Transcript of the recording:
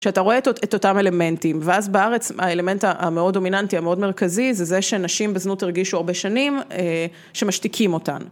כשאתה רואה את אותם אלמנטים ואז בארץ האלמנט המאוד דומיננטי, המאוד מרכזי זה זה שאנשים בזנות הרגישו הרבה שנים שמשתיקים אותן.